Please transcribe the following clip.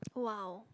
!wow!